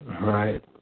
Right